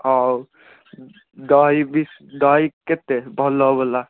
ହଉ ଦହି ବି ଦହି କେତେ ଭଲ ବାଲା